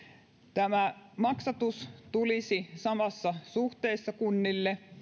tämä maksatus tulisi samassa suhteessa kunnille